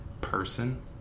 person